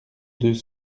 deux